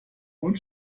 und